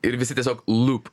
ir visi tiesiog lup